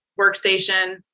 workstation